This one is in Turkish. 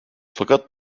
fakat